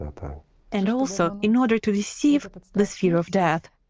ah but and also in order to deceive this fear of death,